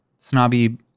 snobby